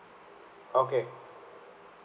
okay